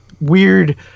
weird